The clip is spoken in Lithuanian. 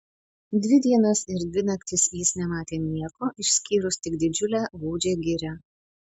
dvi dienas ir dvi naktis jis nematė nieko išskyrus tik didžiulę gūdžią girią